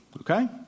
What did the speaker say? Okay